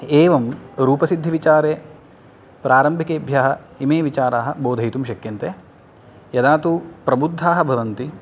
एवं रूपसिद्धिविचारे प्रारम्भिकेभ्यः इमे विचाराः बोधयितुं शक्यन्ते यदा तु प्रबुद्धाः भवन्ति